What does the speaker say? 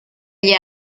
gli